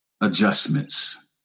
adjustments